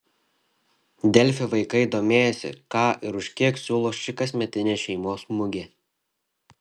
delfi vaikai domėjosi ką ir už kiek siūlo ši kasmetinė šeimos mugė